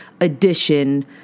edition